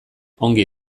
ongi